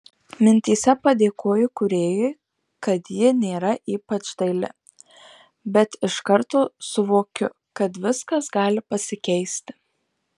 mintyse padėkoju kūrėjui kad ji nėra ypač daili bet iš karto suvokiu kad viskas gali pasikeisti